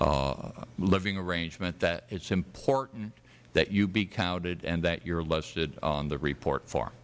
living arrangement that it is important that you be counted and that you are listed on the report f